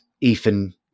Ethan